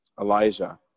Elijah